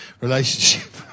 relationship